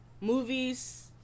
movies